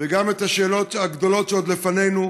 וגם את השאלות הגדולות שעוד לפנינו.